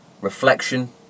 reflection